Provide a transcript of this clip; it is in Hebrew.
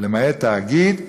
למעט תאגיד,